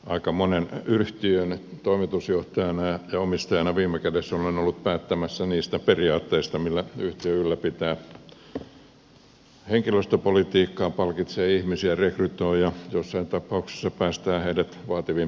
aika monen yhtiön toimitusjohtajana ja omistajana viime kädessä olen ollut päättämässä niistä periaatteista millä yhtiö ylläpitää henkilöstöpolitiikkaa palkitsee ihmisiä rekrytoi ja joissain tapauksissa päästää heidät vaativampiin tehtäviinkin